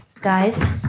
Guys